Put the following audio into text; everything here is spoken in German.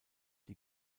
die